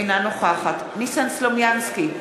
אינה נוכחת ניסן סלומינסקי,